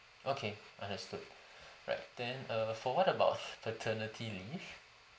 okay understood right then err for what about paternity leave